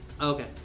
Okay